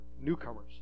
newcomers